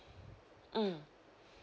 mm